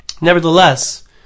Nevertheless